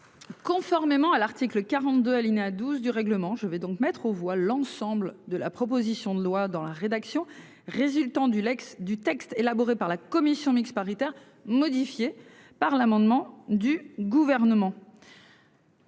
Conformément à l'article 42 alinéa 12 du règlement. Je vais donc mettre aux voix l'ensemble de la proposition de loi dans la rédaction résultant du l'ex-du texte élaboré par la commission mixte paritaire modifié par l'amendement du gouvernement.